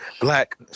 Black